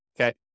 okay